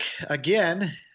again